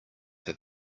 have